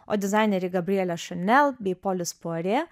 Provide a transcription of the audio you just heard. o dizaineriai gabrielė šanel bei polis puarė